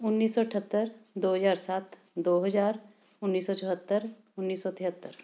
ਉੱਨੀ ਸੌ ਅਠੱਤਰ ਦੋ ਹਜ਼ਾਰ ਸੱਤ ਦੋ ਹਜ਼ਾਰ ਉੱਨੀ ਸੌ ਚੁਹੱਤਰ ਉੱਨੀ ਸੌ ਤਿਹੱਤਰ